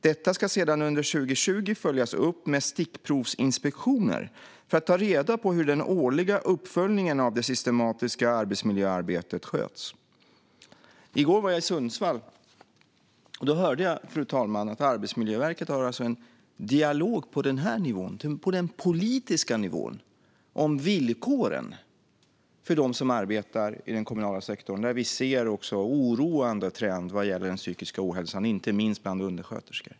Detta ska sedan under 2020 följas upp med stickprovsinspektioner för att ta reda på hur den årliga uppföljningen av det systematiska arbetsmiljöarbetet sköts. I går var jag i Sundsvall. Då hörde jag, fru talman, att Arbetsmiljöverket alltså har en dialog på den politiska nivån om villkoren för dem som arbetar i den kommunala sektorn, där vi ser en oroande trend när det gäller den psykiska ohälsan, inte minst bland undersköterskor.